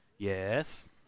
Yes